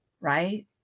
right